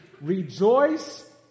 rejoice